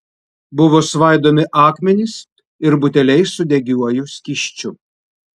buvo svaidomi akmenys ir buteliai su degiuoju skysčiu